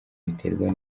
biterwa